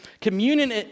communion